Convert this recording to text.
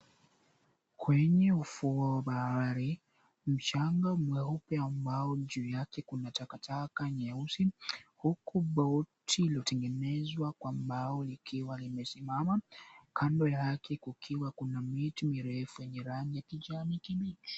Kwenye ufuo wa bahari, mchanga mweupe ambao juu yake kuna takataka nyeusi. Huku boti iliyotengenezwa kwa mbao ikiwa imesimama, kando yake kukiwa kuna miti mirefu yenye rangi ya kijani kibichi.